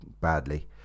badly